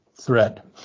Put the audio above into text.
threat